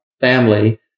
family